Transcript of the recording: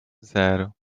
zero